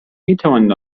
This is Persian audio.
میتوانید